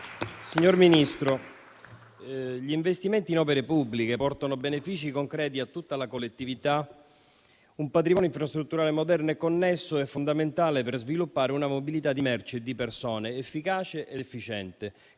Signor Ministro, gli investimenti in opere pubbliche portano benefici concreti a tutta la collettività. Un patrimonio infrastrutturale moderno e connesso è fondamentale per sviluppare una mobilità di merci e di persone efficace ed efficiente,